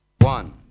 One